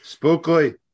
Spookly